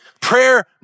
Prayer